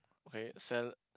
okay sell